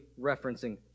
referencing